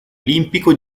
olimpico